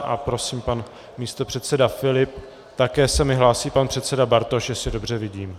A prosím pana místopředsedu Filipa, také se mi hlásí pan předseda Bartoš, jestli dobře vidím.